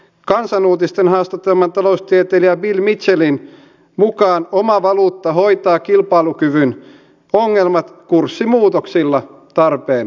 kansan uutisten haastatteleman taloustieteilijä bill mitchellin mukaan oma valuutta hoitaa kilpailukyvyn ongelmat kurssimuutoksilla tarpeen mukaan